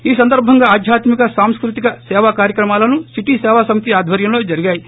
ఈ సందర్భంగా ఆధ్యాత్మిక సాంస్కృతిక సేవా కార్చక్రమాలను సిటీ సేవా సమితి ఆధ్వర్యంలో జరిగాయి